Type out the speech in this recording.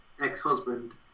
ex-husband